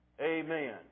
Amen